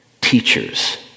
teachers